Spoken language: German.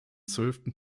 zwölften